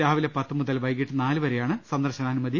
രാവിലെ പത്ത് മുതൽ വൈകീട്ട് നാല് വരെയാണ് സന്ദർശനാനുമതി